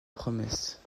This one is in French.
promesse